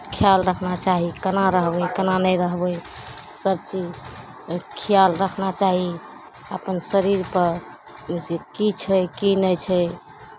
खयाल रखना चाही केना रहबै केना नहि रहबै सभचीज खयाल रखना चाही अपन शरीरपर से की छै की नहि छै